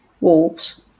Wolves